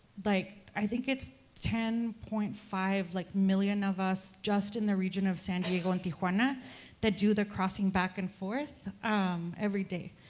like, i think it's ten point five, like, million of us just in the region of san diego and tijuana that do the crossing back and forth um every day.